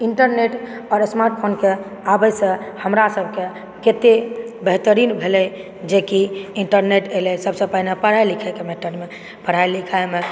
internet और स्मार्टफोनके आबैसँ हमरा सबके केते बेहतरीन भेलै जेकि इन्टरनेट एलै सबसे पहिने पढ़ै लिखैके लेल पढ़ाई लिखाईमे